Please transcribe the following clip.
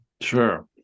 sure